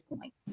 point